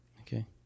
Okay